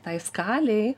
tai skalei